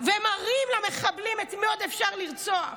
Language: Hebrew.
ומראים למחבלים את מי עוד אפשר לרצוח.